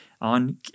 on